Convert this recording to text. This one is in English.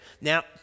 Now